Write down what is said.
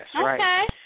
Okay